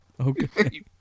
Okay